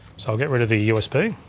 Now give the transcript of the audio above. so i'll get rid of the usb,